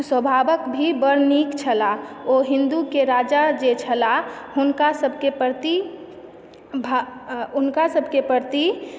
स्वभावक भी बड़ नीक छलाह ओ हिन्दूके राजा जे छलाह हुनका सभकेँ प्रति हुनका सभकेँ प्रति